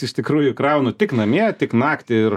iš tikrųjų kraunu tik namie tik naktį ir